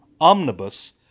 omnibus